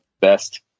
best